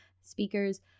speakers